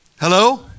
Hello